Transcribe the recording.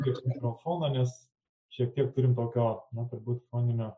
tiek mikrofoną nes šiek tiek turim na turbūt foninio